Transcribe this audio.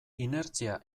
inertzia